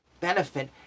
benefit